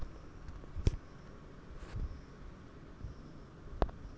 আমার ব্যবসার ক্ষেত্রে লোন কিভাবে পাব?